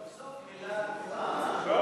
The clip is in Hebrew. סוף-סוף מילה טובה.